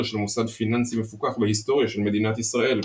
של מוסד פיננסי מפוקח בהיסטוריה של מדינת ישראל.